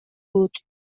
بود